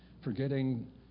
Forgetting